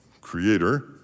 creator